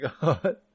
God